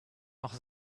noch